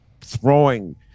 throwing